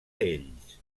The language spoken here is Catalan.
ells